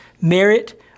merit